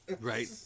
Right